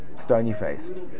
stony-faced